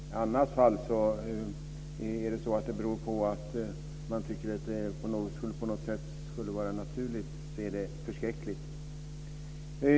I annat fall, om det beror på att man tycker att det på något sätt skulle vara naturligt, är det förskräckligt.